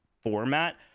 format